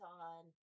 on